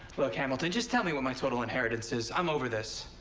look, hamilton. just tell me what my total inheritance is. i'm over this.